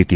T